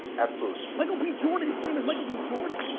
absolutely. michael b jordan's name is michael b jordan.